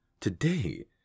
today